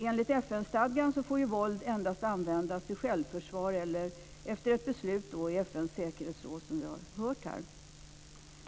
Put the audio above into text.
Enligt FN-stadgan får våld endast användas till självförsvar eller efter beslut i FN:s säkerhetsråd.